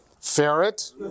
Ferret